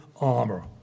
armor